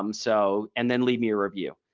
um so. and then leave me a review.